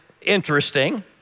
interesting